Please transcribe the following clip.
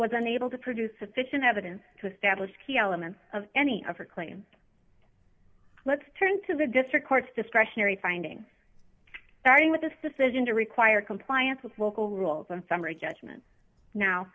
was unable to produce sufficient evidence to establish key elements of any of her claims let's turn to the district court discretionary finding starting with this decision to require compliance with local rules and summary judgment now